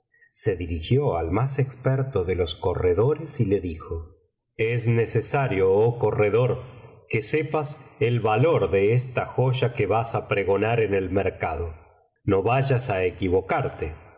se dirigió al más experto de los corredores y le dijo es necesario oh corredor que sepas el valor de esta joya que vas á pregonar en el mercado no vayas á equivocarte